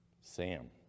Sam